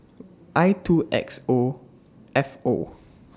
I two X O F O